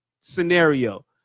scenario